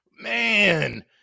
Man